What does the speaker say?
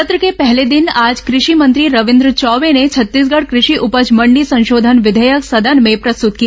सत्र के पहले दिन आज कृषि मंत्री रविन्द्र चौबे ने छत्तीसगढ़ कृषि उपज मण्डी संशोधन विधेयक सदन में प्रस्तृत किया